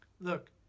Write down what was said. look